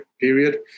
period